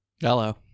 Hello